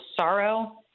sorrow